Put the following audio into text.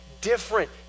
different